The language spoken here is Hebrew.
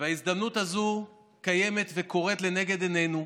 וההזדמנות הזו קיימת וקורית לנגד עיננו.